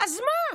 אז מה?